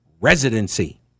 residency